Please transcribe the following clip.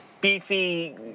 beefy